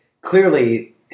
clearly